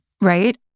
right